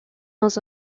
dans